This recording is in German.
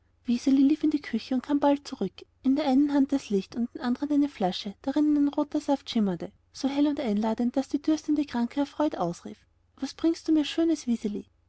lief in die küche und kam bald zurück in der einen hand das licht und in der anderen eine flasche darinnen ein roter saft schimmerte so hell und einladend daß die durstende kranke erfreut ausrief was bringst du mir